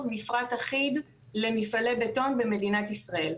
מפרט אחיד למפעלי בטון במדינת ישראל.